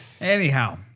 Anyhow